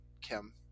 Kim